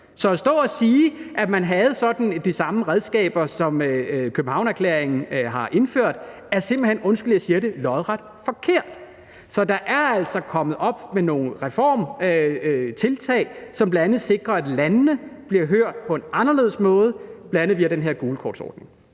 så at stå og sige, at man havde de samme redskaber, som Københavnererklæringen har indført, er, undskyld jeg siger det, simpelt hen lodret forkert. Så der er altså kommet nogle reformtiltag, som bl.a. sikrer, at landene bliver hørt på en anderledes måde, bl.a. via den her gulkortordning.